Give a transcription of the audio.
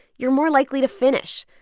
you're more likely to finish.